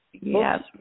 Yes